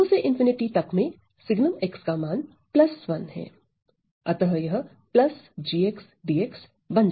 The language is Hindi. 0 से तक में sgn का मान 1 है अतः यह gdx बन जाता है